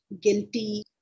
guilty